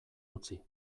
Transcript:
utzi